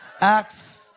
Acts